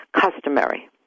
customary